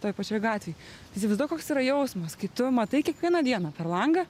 toj pačioj gatvėj įsivaizduok koks yra jausmas kai tu matai kiekvieną dieną per langą